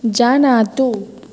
जानातु